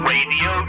Radio